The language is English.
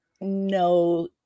no